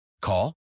Call